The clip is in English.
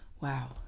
Wow